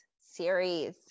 series